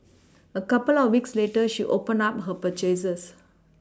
a couple of weeks later she opened up her purchases